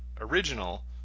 original